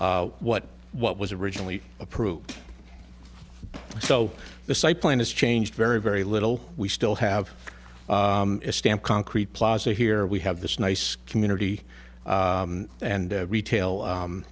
what what was originally approved so the site plan is changed very very little we still have a stamp concrete plaza here we have this nice community and retail